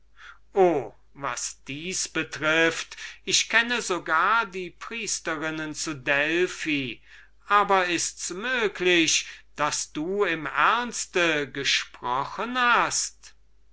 o was das betrifft ich kenne so gar die priesterinnen zu delphi aber ists möglich daß du im ernste gesprochen hast